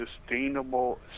sustainable